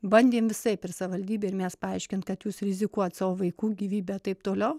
bandėm visaip ir savivaldybė ir mes paaiškint kad jūs rizikuojat savo vaikų gyvybe taip toliau